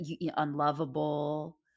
unlovable